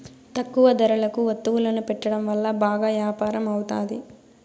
తక్కువ ధరలకు వత్తువులను పెట్టడం వల్ల బాగా యాపారం అవుతాది